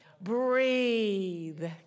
Breathe